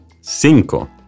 cinco